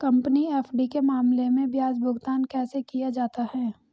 Company FD के मामले में ब्याज भुगतान कैसे किया जाता है?